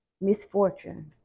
misfortune